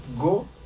go